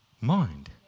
mind